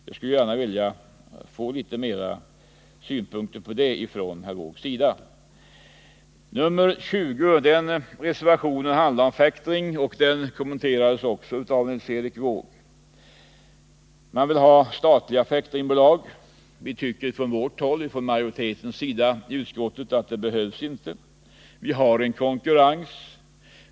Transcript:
Jag skulle gärna vilja höra litet mer om detta från herr Wååg. Reservation nr 20 handlar om factoring, och den kommenterades också av Nils Erik Wååg. Reservanterna vill ha statliga factoringbolag. Utskottsmajoriteten tycker inte att det behövs.